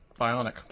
Bionic